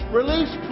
release